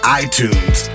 iTunes